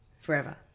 forever